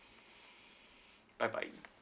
bye bye